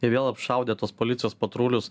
jie vėl apšaudė tuos policijos patrulius